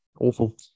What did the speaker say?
Awful